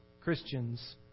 Christians